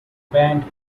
band